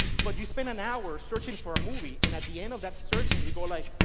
but you spend an hour searching for a movie and at the end of that searching, you go, like